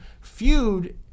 Feud